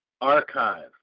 archive